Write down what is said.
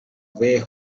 way